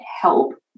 help